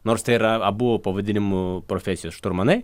nors tai yra abu pavadinimu profesijos šturmanai